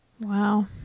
Wow